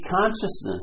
consciousness